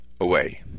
Away